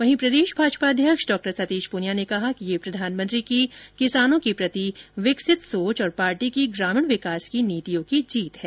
वहीं प्रदेश भाजपा अध्यक्ष डॉ सतीश पूनिया ने कहा कि यह प्रधानमंत्री की किसानों के प्रति विकसित सोच और पार्टी की ग्रामीण विकास की नीतियों की जीत है